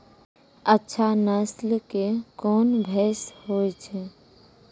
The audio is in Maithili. अच्छा नस्ल के कोन भैंस होय छै?